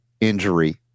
injury